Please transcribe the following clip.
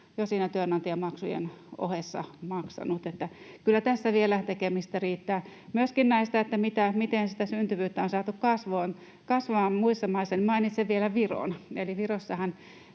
jo siinä työnantajamaksujen ohessa maksanut. Että kyllä tässä vielä tekemistä riittää. Myöskin tästä, miten sitä syntyvyyttä on saatu kasvamaan muissa maissa, mainitsen vielä Viron. Eli Virossahan